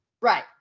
Right